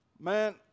Man